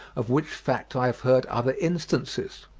of which fact i have heard other instances.